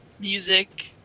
music